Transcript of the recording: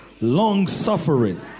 long-suffering